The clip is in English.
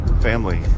family